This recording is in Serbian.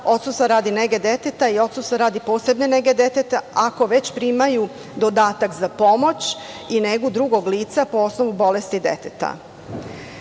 odsustva radi nege deteta i odsustva posebne nege deteta, ako već primaju dodatak za pomoć i negu drugog lica, po osnovu bolesti deteta.